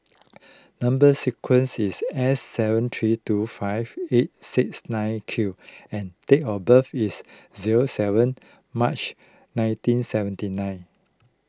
Number Sequence is S seven three two five eight six nine Q and date of birth is zero seven March nineteen seventy nine